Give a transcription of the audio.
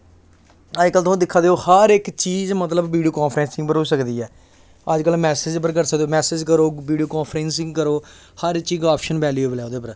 अज्ज कल तुस दिक्खा दे ओ हर चीज़ मतलव वीडियो कांफ्रैंसिग पर होई सकदी ऐ अज्ज कल मैसेज़ पर करो बीडियो कांफ्रैंसिंग पर करो हर इक आप्शन अवेलेबल ऐ ओह्दे पर